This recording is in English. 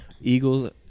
Eagles